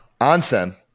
Ansem